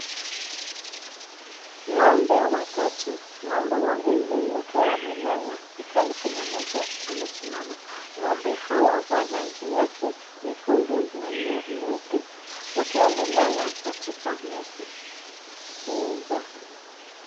Ng'ombe watatu, ng'ombe wawili wakiwa wamelala ilhali kuna moja amesimama. Ng'ombe hawa wa rangi yake nyekundu na nyeupe wakiwa wamelala katika nyasi hizo.